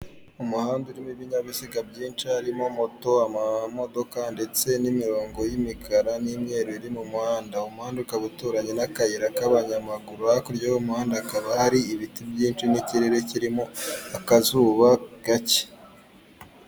Umuhanda urimo ibinyabiziga byinshi harimo moto, amamodoka ndetse n'imirongo y'imikara n'imyeru iri mu muhanda, uwo muhanda ukaba uturanye n'akayira k'abanyamaguru, hakurya y'umuhanda hakaba hari ibiti byinshi n'ikirere kirimo akazuba gake.